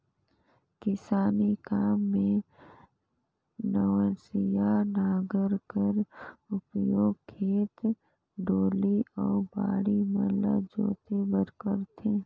किसानी काम मे नवनसिया नांगर कर उपियोग खेत, डोली अउ बाड़ी मन ल जोते बर करथे